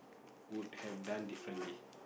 would have done differently